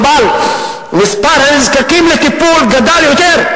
אבל מספר הנזקקים לטיפול גדל יותר,